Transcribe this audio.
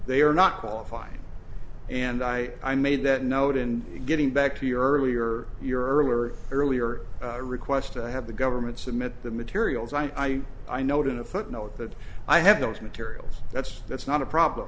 they are not qualified and i i made that note and getting back to your earlier your earlier earlier request to have the government submit the materials i i know to in a footnote that i have those materials that's that's not a problem